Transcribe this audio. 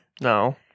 No